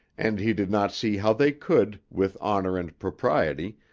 and he did not see how they could, with honor and propriety,